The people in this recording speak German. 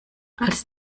als